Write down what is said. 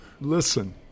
Listen